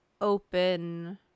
open